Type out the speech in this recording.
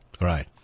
right